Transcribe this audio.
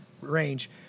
range